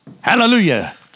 Hallelujah